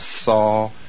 saw